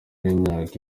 y’imyaka